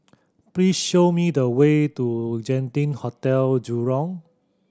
please show me the way to Genting Hotel Jurong